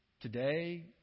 today